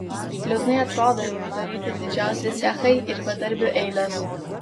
liūdnai atrodo ir uždaryti didžiausi cechai ir bedarbių eilės